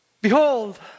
Behold